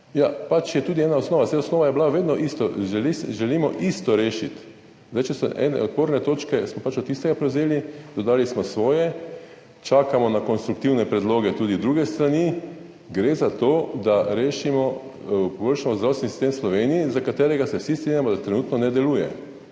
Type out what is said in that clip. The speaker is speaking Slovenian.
pač tudi ena osnova, saj osnova je bila vedno ista, želimo isto rešiti. Če so ene oporne točke, smo pač od tistega prevzeli, dodali smo svoje, čakamo na konstruktivne predloge tudi druge strani. Gre za to, da rešimo, izboljšamo zdravstveni sistem v Sloveniji, za katerega se vsi strinjamo, da trenutno ne deluje.